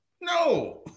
No